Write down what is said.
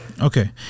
Okay